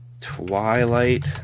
Twilight